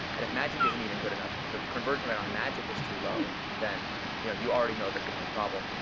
and if magic isn't even good enough, if the conversion rate on magic is too low, then you know you already know that you have a problem.